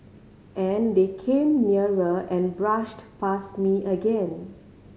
and then they came nearer and brushed past me again